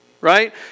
right